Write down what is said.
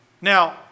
Now